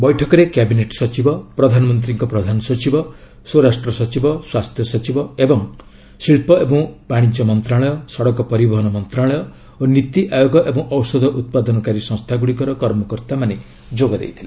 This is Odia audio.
ବୈଠକରେ କ୍ୟାବିନେଟ୍ ସଚିବ ପ୍ରଧାନମନ୍ତ୍ରୀଙ୍କ ପ୍ରଧାନ ସଚିବ ସ୍ୱରାଷ୍ଟ୍ର ସଚିବ ସ୍ୱାସ୍ଥ୍ୟ ସଚିବ ଓ ଶିଳ୍ପ ଏବଂ ବାଣିଜ୍ୟ ମନ୍ତ୍ରଣାଳୟ ସଡ଼କ ପରିବହନ ମନ୍ତ୍ରଣାଳୟ ଓ ନୀତି ଆୟୋଗ ଏବଂ ଔଷଧ ଉତ୍ପାଦନକାରୀ ସଂସ୍ଥା ଗୁଡ଼ିକର କର୍ମକର୍ତ୍ତାମାନେ ଯୋଗ ଦେଇଥିଲେ